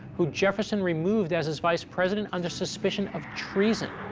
who jefferson removed as his vice president under suspicion of treason.